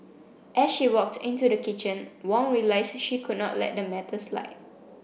as she walked into the kitchen Wong realized she could not let the matter slide